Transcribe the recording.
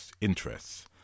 interests